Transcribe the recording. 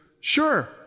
sure